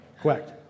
Correct